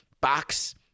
box